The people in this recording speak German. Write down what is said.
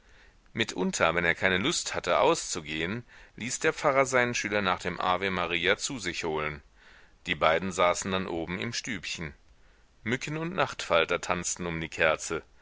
mitunter wenn er keine lust hatte auszugehen ließ der pfarrer seinen schüler nach dem ave maria zu sich holen die beiden saßen dann oben im stübchen mücken und nachtfalter tanzten um die kerze